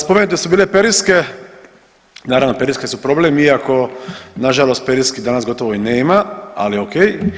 Spomenute su bile periske, naravno, periske su problem iako nažalost periski danas gotovo i nema, ali okej.